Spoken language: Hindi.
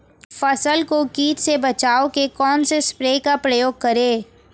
फसल को कीट से बचाव के कौनसे स्प्रे का प्रयोग करें?